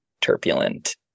turbulent